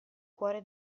cuore